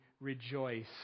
rejoice